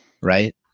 Right